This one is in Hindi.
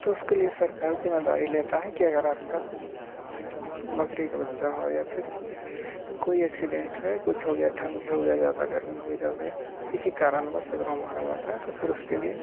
तो उसके लिए सरकार ज़िम्मेदारी लेती है कि अगर आपकी बकरी का बच्चा हो या फिर कोई एक्सीडेंट है कुछ हो गया ठंड हो गया ज़्यादा गर्मी हो जाएगी किसी कारणवश अगर वो मारा जाता है तो फिर उसके लिए